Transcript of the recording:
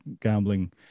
gambling